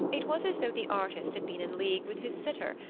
it was as though the artist had been in league with his sitter,